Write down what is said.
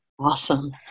Awesome